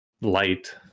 light